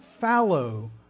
fallow